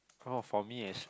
oh for me is